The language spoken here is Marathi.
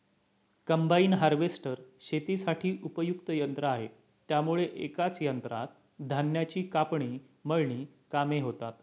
कम्बाईन हार्वेस्टर शेतीसाठी उपयुक्त यंत्र आहे त्यामुळे एकाच यंत्रात धान्याची कापणी, मळणी कामे होतात